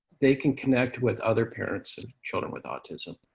they can connect with other parents of children with autism.